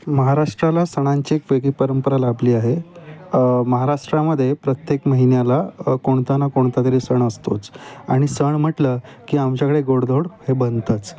मह महाराष्ट्राला सणांची एक वेगळी परंपरा लाभली आहे महाराष्ट्रामदे प्रत्येक महिन्याला कोणताना कोणता तरी सण असतोच आणि सण म्हटलं की आमच्याकडे गोडदोड हे बनतंच